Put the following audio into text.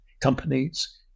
companies